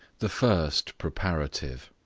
the first preparative.